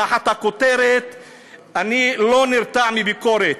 תחת הכותרת "אני לא נרתע מביקורת,